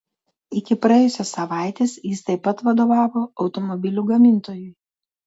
iki praėjusios savaitės jis taip pat vadovavo automobilių gamintojui